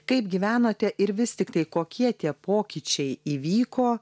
kaip gyvenote ir vis tiktai kokie tie pokyčiai įvyko